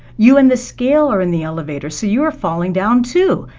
you and the scale are in the elevator, so you are falling down too,